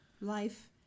life